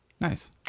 nice